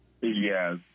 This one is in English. Yes